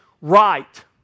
right